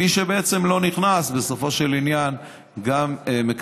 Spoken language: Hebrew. גם מי שלא נכנס בסופו של עניין מקבל,